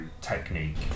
technique